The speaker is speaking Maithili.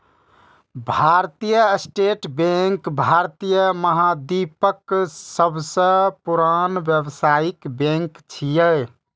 भारतीय स्टेट बैंक भारतीय महाद्वीपक सबसं पुरान व्यावसायिक बैंक छियै